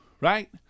right